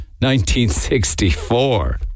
1964